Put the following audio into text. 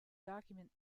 document